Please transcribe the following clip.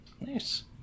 nice